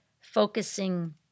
focusing